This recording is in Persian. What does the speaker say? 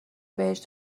بهش